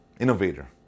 innovator